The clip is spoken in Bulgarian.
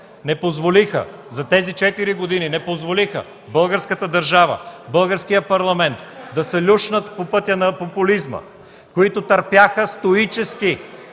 ГЕРБ, които за тези четири години не позволиха българската държава, Българският парламент да се люшнат по пътя на популизма, които търпяха стоически